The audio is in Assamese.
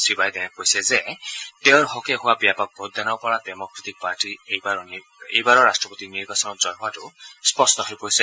শ্ৰীবাইডেনে কৈছে যে তেওঁৰ হকে হোৱা ব্যাপক ভোটদানৰ পৰা ডেম'ক্ৰেটিক পাৰ্টি এইবাৰৰ ৰট্টপতিৰ নিৰ্বাচনত জয়ী হোৱাতো স্পষ্ট হৈ পৰিছে